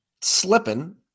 slipping